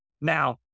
Now